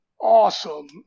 awesome